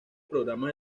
programas